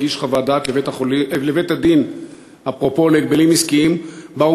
הגיש חוות דעת לבית-הדין להגבלים עסקיים שבה הוא